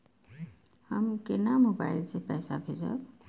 हम केना मोबाइल से पैसा भेजब?